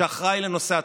שאחראי לנושא התרבות.